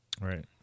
Right